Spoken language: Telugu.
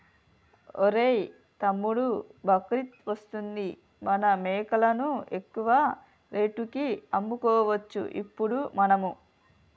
ఒరేయ్ తమ్ముడు బక్రీద్ వస్తుంది మన మేకలను ఎక్కువ రేటుకి అమ్ముకోవచ్చు ఇప్పుడు మనము